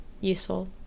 useful